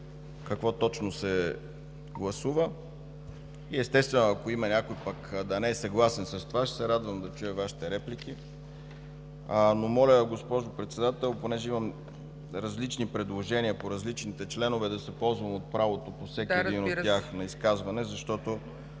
какво точно се гласува и, естествено, ако има някой, който да не е съгласен с това, ще се радвам да чуя Вашите реплики. Моля, госпожо Председател, понеже имам различни предложения по различните членове, да се ползвам от правото на изказване по всеки един от тях, защото